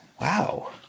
Wow